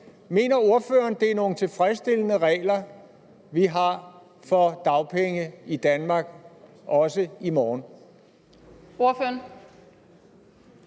Mener ordføreren, at det er nogle tilfredsstillende regler, vi har for dagpenge i Danmark også i morgen?